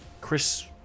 Chris